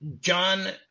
John